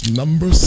number